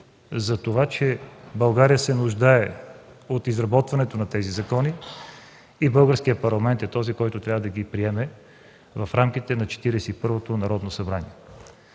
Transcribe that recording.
за това, че България се нуждае от изработването на тези закони и Българският парламент е този, който трябва да ги приеме в рамките на Четиридесет